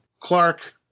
Clark